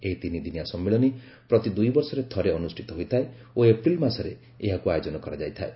ଏହି ତିନିଦିନିଆ ସମ୍ମିଳନୀ ପ୍ରତି ଦୁଇବର୍ଷରେ ଥରେ ଅନୁଷ୍ଠିତ ହୋଇଥାଏ ଓ ଏପ୍ରିଲ୍ ମାସରେ ଏହାକୁ ଆୟୋଜନ କରାଯାଇଥାଏ